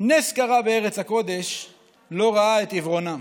נס קרה בארץ הקודש / לא ראה את עיוורונם".